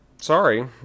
Sorry